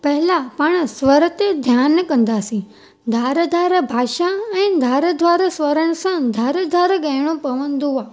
पहिला पाण स्वर ते ध्यानु कंदासी धार धार भाषा ऐं धार द्वार स्वरनि सां धार धार ॻाइणु पवंदो आहे